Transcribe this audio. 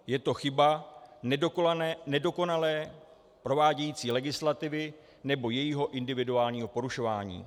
Je to chyba nedokonalé prováděcí legislativy nebo jejího individuálního porušování.